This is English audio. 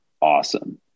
awesome